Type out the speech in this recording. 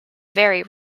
very